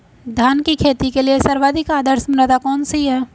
धान की खेती के लिए सर्वाधिक आदर्श मृदा कौन सी है?